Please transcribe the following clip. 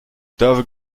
dov